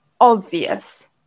obvious